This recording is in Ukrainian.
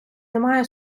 немає